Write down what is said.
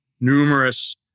numerous